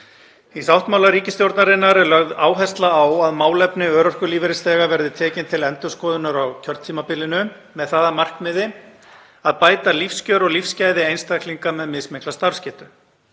Í sáttmála ríkisstjórnarinnar er lögð rík áhersla á að málefni örorkulífeyrisþega verði tekin til endurskoðunar á kjörtímabilinu með það að markmiði að bæta lífskjör og lífsgæði einstaklinga með mismikla starfsgetu.